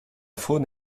faune